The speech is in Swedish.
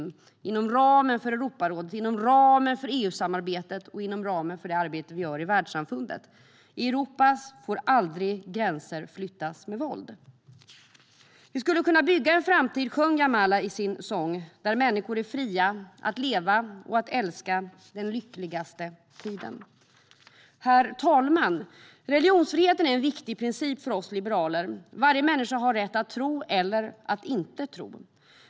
Vi måste göra det inom ramen för Europarådet, inom ramen för EU-samarbetet och inom ramen för arbetet i världssamfundet. I Europa får gränser aldrig flyttas med våld. Jamala sjöng i sin sång: Vi skulle kunna bygga en framtidDär människor är friaAtt leva och älskaDen lyckligaste tiden Herr talman! Religionsfriheten är en viktig princip för oss liberaler. Varje människa har rätt att tro eller att inte tro.